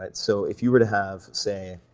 but so if you were to have, say,